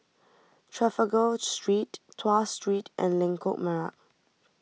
Trafalgar Street Tuas Street and Lengkok Merak